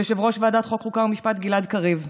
ליושב-ראש ועדת החוקה, חוק ומשפט גלעד קריב,